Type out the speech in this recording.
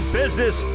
business